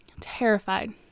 Terrified